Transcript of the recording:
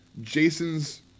Jason's